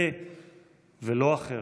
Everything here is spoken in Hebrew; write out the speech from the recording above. זה ולא אחר.